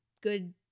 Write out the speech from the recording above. good